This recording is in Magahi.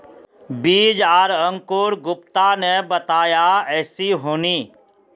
बीज आर अंकूर गुप्ता ने बताया ऐसी होनी?